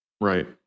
Right